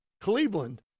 Cleveland